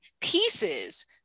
pieces